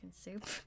soup